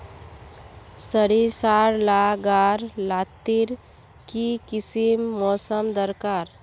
सरिसार ला गार लात्तिर की किसम मौसम दरकार?